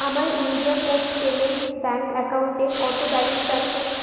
আমার India post payments bank অ্যাকাউন্টে কত ব্যালেন্স আছে